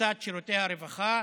קריסת שירותי הרווחה,